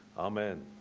amen